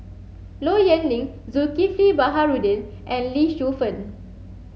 Low Yen Ling Zulkifli Baharudin and Lee Shu Fen